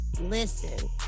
listen